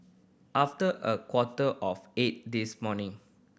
after a quarter of eight this morning